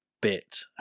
bit